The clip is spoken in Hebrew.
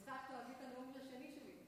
את הנאום השני שלי.